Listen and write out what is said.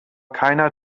keiner